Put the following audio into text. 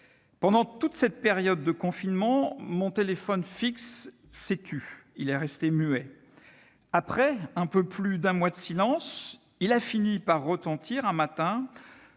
Pendant toute cette période de confinement, mon téléphone fixe s'est tu. Il est resté muet. Après un peu plus d'un mois de silence, il a fini par retentir un matin